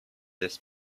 dis